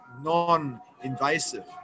non-invasive